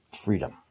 freedom